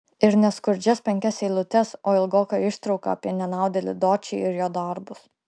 ir ne skurdžias penkias eilutes o ilgoką ištrauką apie nenaudėlį dočį ir jo darbus